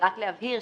הבהרה,